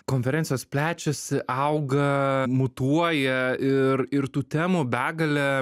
konferencijos plečiasi auga mutuoja ir ir tų temų begalė